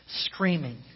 screaming